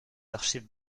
archives